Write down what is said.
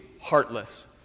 heartless